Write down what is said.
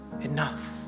enough